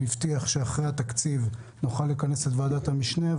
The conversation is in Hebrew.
הוא הבטיח שאחרי התקציב נוכל לכנס את ועדת המשנה.